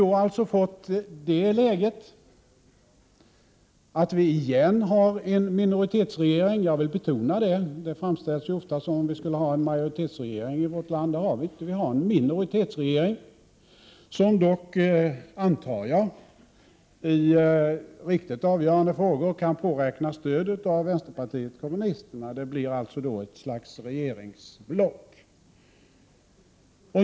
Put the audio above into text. Återigen har vi en minoritetsregering. Jag vill betona det. Det framställs ofta som om vi har en majoritetsregering i vårt land. Vi har inte det. Vi har en minoritetsregering, som jag dock antar räknar med stöd från vpk i riktigt avgörande frågor. Det blir alltså ett slags regeringsblock.